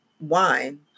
wine